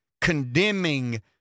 condemning